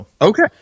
Okay